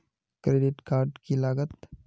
Credit card की लागत?